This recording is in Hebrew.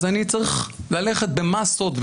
אז אני צריך ללכת במסות,